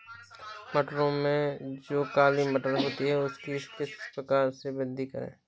मटरों में जो काली मटर होती है उसकी किस प्रकार से वृद्धि करें?